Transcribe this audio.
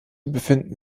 befinden